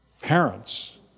parents